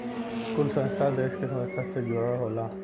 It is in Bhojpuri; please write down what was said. कुल संस्था देस के समस्या से जुड़ल होला